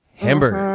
hamburger.